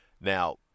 Now